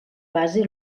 base